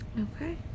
okay